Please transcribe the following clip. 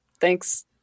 Thanks